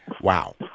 Wow